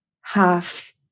half